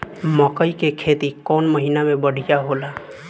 मकई के खेती कौन महीना में बढ़िया होला?